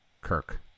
Kirk